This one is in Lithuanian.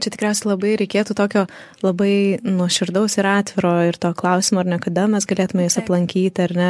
čia tikriausiai labai reikėtų tokio labai nuoširdaus ir atviro ir to klausimo ar ne kada mes galėtume jus aplankyti ar ne